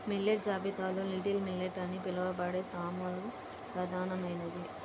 millet జాబితాలో little millet అని పిలవబడే సామలు ప్రధానమైనది